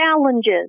Challenges